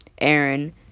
Aaron